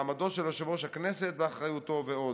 מעמדו של יושב-ראש הכנסת ואחריותו ועוד.